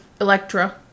Electra